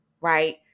right